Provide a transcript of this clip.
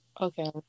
Okay